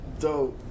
dope